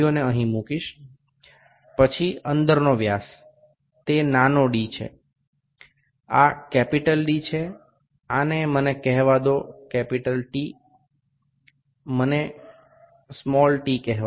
এটিকে T বলা যাক আর এটিকে t বলি এবং এটিকে গভীরতা বলা যাক